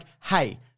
hey